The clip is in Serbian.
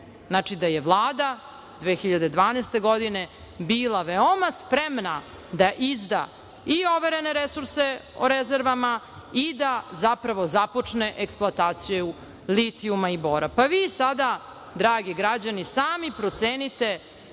Znači, da je Vlada 2012. godine bila veoma spremna da izda i overene resurse o rezervama i da zapravo započne eksploataciju litijuma i bora. Pa vi sada, dragi građani, sami procenite